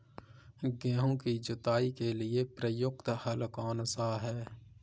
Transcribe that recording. गेहूँ की जुताई के लिए प्रयुक्त हल कौनसा है?